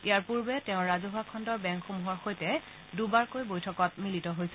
ইয়াৰ পূৰ্বে তেওঁ ৰাজহুৱাখণ্ডৰ বেংকসমূহৰ সৈতে দুবাৰকৈ বৈঠকত মিলিত হৈছিল